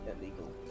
illegal